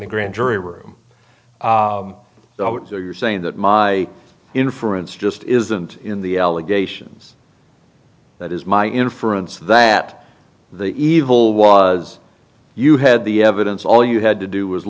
the grand jury room so you're saying that my inference just isn't in the allegations that is my inference that the evil was you had the evidence all you had to do